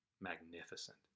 magnificent